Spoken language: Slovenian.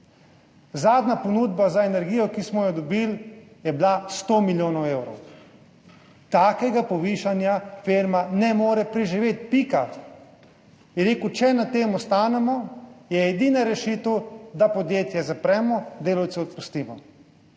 Zadnja ponudba za energijo, ki smo jo dobili, je bila 100 milijonov evrov. Takega povišanja filma ne more preživeti, pika. Rekel je, če na tem ostanemo, je edina rešitev, da podjetje zapremo in delavce odpustimo.